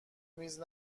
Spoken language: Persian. میز